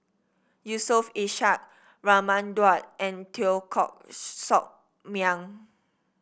Yusof Ishak Raman Daud and Teo Koh Sock Miang